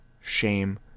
shame